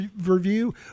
review